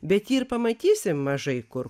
bet jį ir pamatysi mažai kur